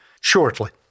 shortly